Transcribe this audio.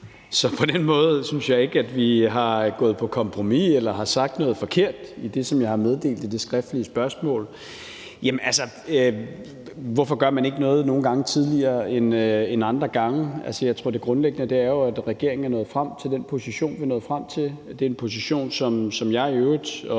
Så på den måde synes jeg ikke, at jeg er gået på kompromis eller har sagt noget forkert i det, som jeg har meddelt til det skriftlige spørgsmål. Altså, hvorfor gør man nogle gange ikke noget tidligere end andre gange? Jeg tror, at det grundlæggende er, at regeringen er nået frem til den position, vi er nået frem til. Det er en position, som jeg selv og